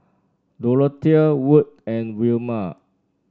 Dorothea Wood and Wilma